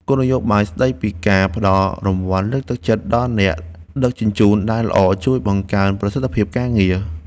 គោលនយោបាយស្ដីពីការផ្ដល់រង្វាន់លើកទឹកចិត្តដល់អ្នកដឹកជញ្ជូនដែលល្អជួយបង្កើនប្រសិទ្ធភាពការងារ។